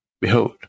Behold